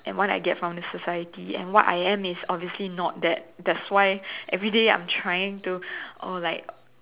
and what I get from the society and what I am is obviously not that that's why everyday I'm trying to oh like